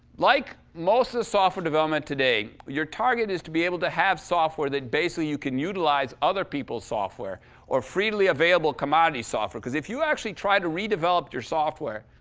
like most of the software development today, your target is to be able to have software that basically you can utilize other people's software or freely-available commodity software, cause if you actually tried to redevelop your software,